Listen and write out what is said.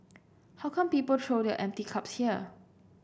how come people throw their empty cups here